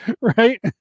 Right